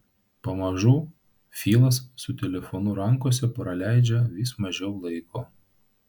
pamažu filas su telefonu rankose praleidžia vis mažiau laiko